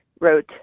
wrote